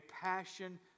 passion